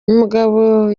umugabo